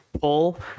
pull